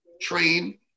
train